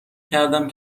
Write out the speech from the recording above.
کردم